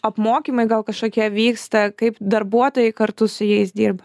apmokymai gal kažkokie vyksta kaip darbuotojai kartu su jais dirba